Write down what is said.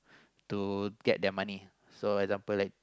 to get their money so example like